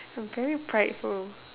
I'm very prideful